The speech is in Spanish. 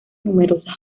numerosas